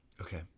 okay